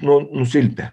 nu nusilpę